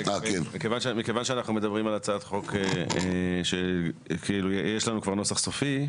מכיוון שאנחנו מדברים על הצעת חוק שכאילו יש לנו כבר נוסח סופי,